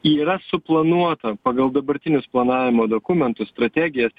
yra suplanuota pagal dabartinius planavimo dokumentus strategijas